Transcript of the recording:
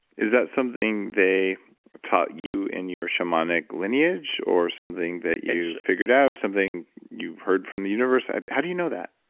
is that something they taught you in your shamanic lineage or something that you figure out? out? or something you've heard from the universe? how do you know that?